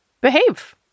behave